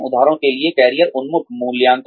उदाहरण के लिए कैरियर उन्मुख मूल्यांकन